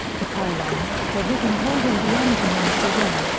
the pylon, the rigging holding the engine onto the wing,